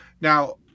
Now